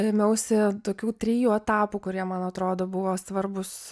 ėmiausi tokių trijų etapų kurie man atrodo buvo svarbūs